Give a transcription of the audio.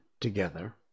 together